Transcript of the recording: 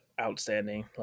outstanding